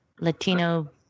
Latino